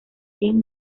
tim